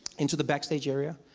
into the backstage area.